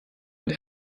mit